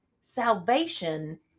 salvation